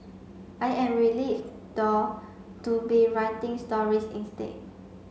i am relieved though to be writing stories instead